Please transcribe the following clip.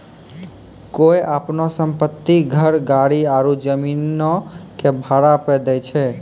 कोय अपनो सम्पति, घर, गाड़ी आरु जमीनो के भाड़ा पे दै छै?